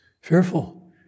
fearful